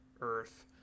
earth